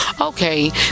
Okay